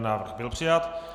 Návrh byl přijat.